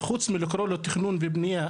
וחוץ מלקרוא לו תכנון ובנייה,